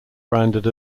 branded